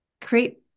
create